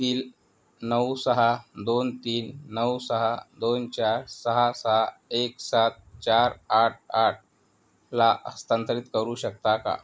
तील नऊ सहा दोन तीन नऊ सहा दोन चार सहा सहा एक सात चार आठ आठला हस्तांतरित करू शकता का